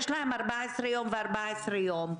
יש לו 14 יום ו-14 יום,